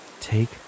take